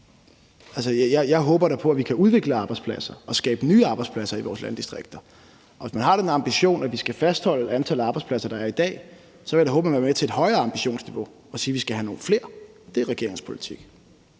jeg håber da på, at vi kan udvikle arbejdspladser og skabe nye arbejdspladser i vores landdistrikter. Hvis man har den ambition, at vi skal fastholde antallet af arbejdspladser, der er i dag, så vil jeg da håbe, at man vil være med til et højere ambitionsniveau og sige, at vi skal have nogle flere. Det er regeringens politik.